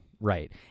Right